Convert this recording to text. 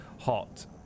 hot